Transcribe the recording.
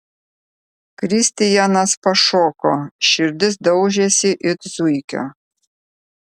kristijanas pašoko širdis daužėsi it zuikio